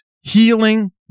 Healing